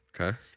Okay